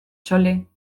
chole